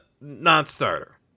non-starter